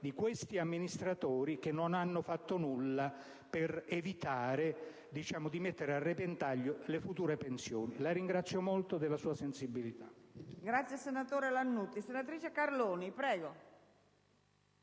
di questi amministratori, che non hanno fatto nulla per evitare di mettere a repentaglio le future pensioni. La ringrazio molto per la sua sensibilità.